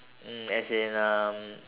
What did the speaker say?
mm as in um